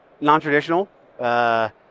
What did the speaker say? non-traditional